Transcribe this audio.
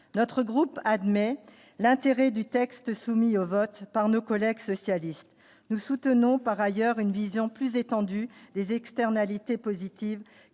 notre groupe, admet l'intérêt du texte soumis au vote par nos collègues socialistes nous soutenons par ailleurs une vision plus étendue des externalités positives